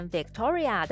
Victoria